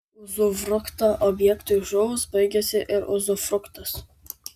uzufrukto objektui žuvus baigiasi ir uzufruktas